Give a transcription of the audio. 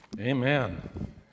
Amen